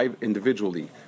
Individually